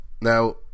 Now